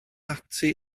ati